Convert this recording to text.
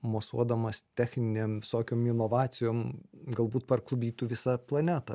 mosuodamas techninėm visokiom inovacijom galbūt parklupdytų visą planetą